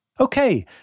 Okay